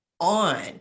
on